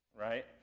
right